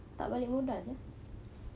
tak boleh ya